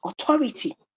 authority